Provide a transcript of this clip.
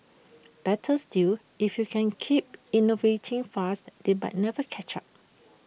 better still if you can keep innovating fast they but never catch up